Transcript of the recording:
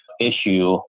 issue